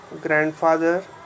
Grandfather